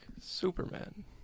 Superman